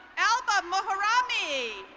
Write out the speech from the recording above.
alba moharabi.